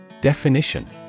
Definition